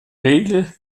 regel